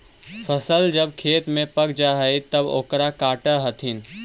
फसल जब खेत में पक जा हइ तब ओकरा काटऽ हथिन